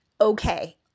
Okay